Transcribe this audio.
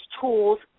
tools